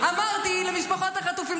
יוני אמרתי למשפחות החטופים,